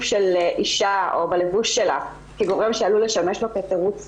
של אישה או בלבוש שלה כגורם שעלול לשמש לו כתירוץ